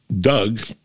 Doug